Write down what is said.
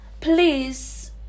Please